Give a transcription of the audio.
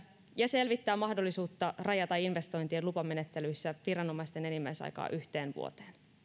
ja selvittää mahdollisuutta rajata investointien lupamenettelyissä viranomaisten enimmäisaikaa yhteen vuoteen